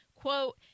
Quote